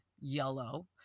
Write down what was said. yellow